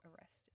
arrested